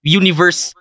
universe